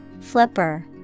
Flipper